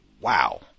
Wow